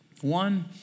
One